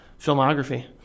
filmography